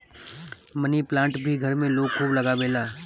मनी plant भी घर में लोग खूब लगावेला